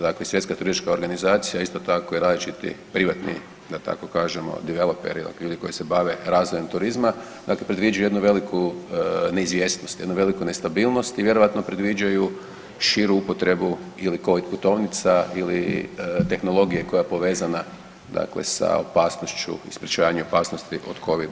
Dakle i Svjetska turistička organizacija, isto tako i različiti privatni da tako kažemo diveloperi, okviri koji se bave razvojem turizma, dakle predviđaju jednu veliku neizvjesnost, jednu veliku nestabilnost i vjerojatno predviđaju širu upotrebu ili covid putovnica ili tehnologije koja je povezana dakle sa opasnošću i sprječavanju opasnosti od covida.